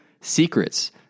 Secrets